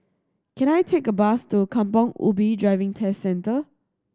can I take a bus to Kampong Ubi Driving Test Centre